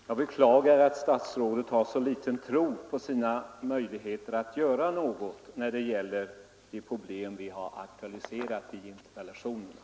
Herr talman! Jag beklagar att statsrådet har så liten tilltro till sina möjligheter att göra något när det gäller de problem vi har aktualiserat i interpellationerna.